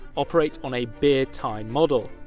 operate on a beer tie model.